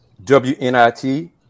WNIT